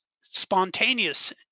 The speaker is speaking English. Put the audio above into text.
spontaneous